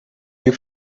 you